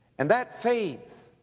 and that faith